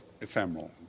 ephemeral